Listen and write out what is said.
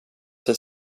sig